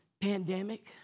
pandemic